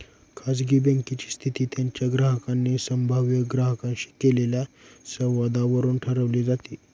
खाजगी बँकेची स्थिती त्यांच्या ग्राहकांनी संभाव्य ग्राहकांशी केलेल्या संवादावरून ठरवली जाते